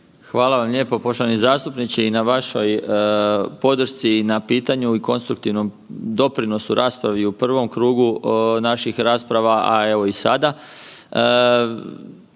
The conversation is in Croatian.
Hvala lijepo poštovani zastupniče i na vašoj podršci i na pitanju i konstruktivnom doprinosu raspravi u prvom krugu naših rasprava, a evo i sada.